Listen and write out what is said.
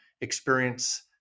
experience